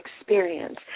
experience